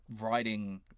writing